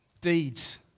deeds